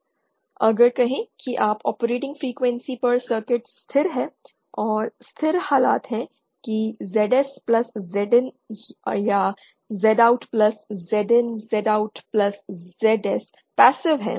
अगर कहें के आप ऑपरेटिंग फ्रीक्वेंसी पर सर्किट स्थिर है और स्थिर हालत है कि ZS प्लस Z IN या Z OUT plus Z IN Z OUT plus ZL passive हैं